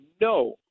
no